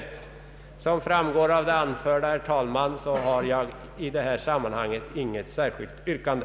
Som framgår av det anförda har jag, herr talman, i detta sammanhang inget särskilt yrkande.